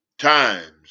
Times